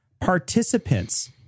participants